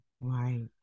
Right